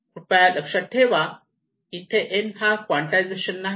कृपया लक्षात ठेवा इथे n हा क्वांटायझेशन नाही